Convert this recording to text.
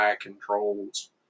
controls